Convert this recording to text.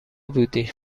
بودی